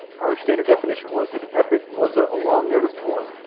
our standard definition was that an epic was ah a long narrative poem,